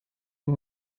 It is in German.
nur